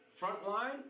frontline